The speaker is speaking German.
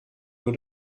nur